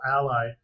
ally